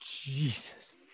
Jesus